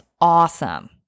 awesome